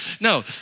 no